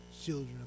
children